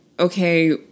okay